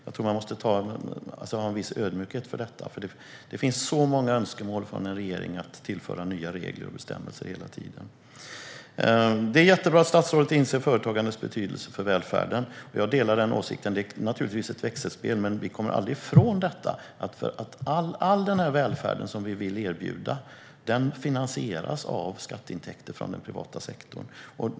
Jag tror att vi måste vara lite ödmjuka inför detta, för det finns så många önskemål från en regering att hela tiden tillföra nya regler och bestämmelser. Det är bra att statsrådet inser företagandets betydelse för välfärden. Jag delar denna åsikt. Givetvis är det ett växelspel, men vi kommer aldrig ifrån att all den välfärd som vi vill erbjuda finansieras med skattemedel från den privata sektorn.